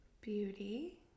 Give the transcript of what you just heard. beauty